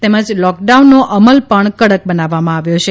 તેમજ લોકડાઉનનો અમલ પણ કડક બનાવવામાં આવ્યું છે